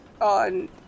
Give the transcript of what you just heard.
on